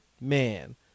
man